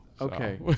Okay